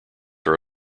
are